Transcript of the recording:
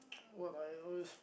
what I always